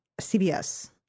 cbs